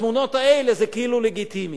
והתמונות האלה, זה כאילו לגיטימי.